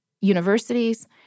universities